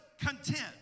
content